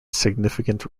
significant